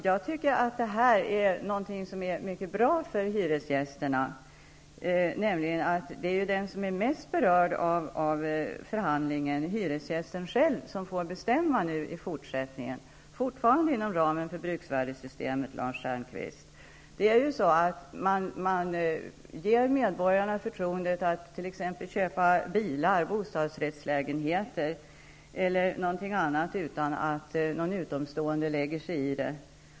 Jag tycker att det här är någonting som är mycket bra för hyresgästerna. Den som är mest berörd av förhandlingen, nämligen hyresgästen själv, får bestämma i fortsättningen, fortfarande inom ramen för bruksvärdessystemet, Lars Stjernkvist. Man ger medborgarna förtroendet att t.ex. köpa bilar, bostadsrättslägenheter eller någonting annat utan att någon utomstående lägger sig i det.